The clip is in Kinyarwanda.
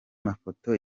mafoto